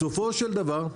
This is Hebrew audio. בסופו של דבר,